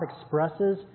expresses